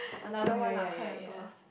another one ah can't remember